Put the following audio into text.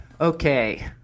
Okay